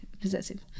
possessive